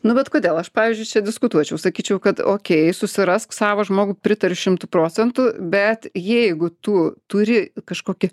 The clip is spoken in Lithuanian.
nu bet kodėl aš pavyzdžiui čia diskutuočiau sakyčiau kad okėj susirask savą žmogų pritariu šimtu procentų bet jeigu tu turi kažkokį